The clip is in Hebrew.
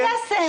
קסם.